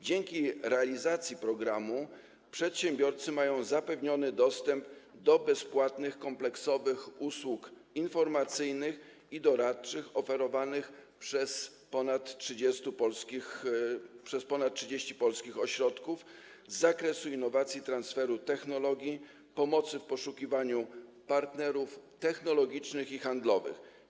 Dzięki realizowaniu programu przedsiębiorcy mają zapewniony dostęp do bezpłatnych kompleksowych usług informacyjnych i doradczych oferowanych przez ponad 30 polskich ośrodków z zakresu innowacji i transferu technologii, pomocy w poszukiwaniu partnerów technologicznych i handlowych.